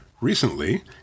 Recently